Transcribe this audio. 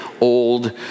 old